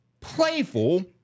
playful